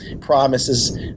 promises